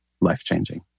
life-changing